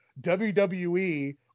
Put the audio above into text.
wwe